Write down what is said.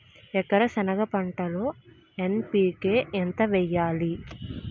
ఎకర సెనగ పంటలో ఎన్.పి.కె ఎంత వేయాలి?